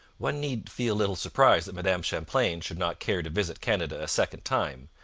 one need feel little surprise that madame champlain should not care to visit canada a second time,